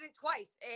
twice